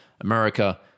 America